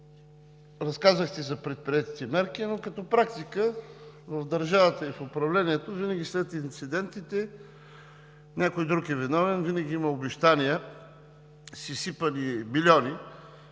Разказахте за предприетите мерки, но като практика в държавата и в управлението винаги след инцидентите някой друг е виновен. Винаги има обещания с изсипани милиони,